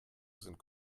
sind